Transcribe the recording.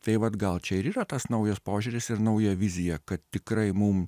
tai vat gal čia ir yra tas naujas požiūris ir nauja vizija kad tikrai mum